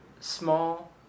small